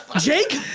jake?